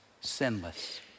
Sinless